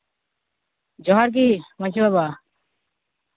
ᱡᱚᱦᱟᱨ ᱜᱮ ᱢᱟᱹᱡᱷᱤ ᱵᱟᱵᱟ